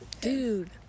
Dude